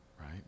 right